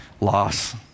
Loss